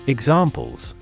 Examples